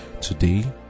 Today